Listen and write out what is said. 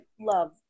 love